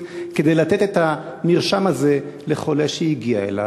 כדי לתת את המרשם הזה לחולה שהגיע אליו,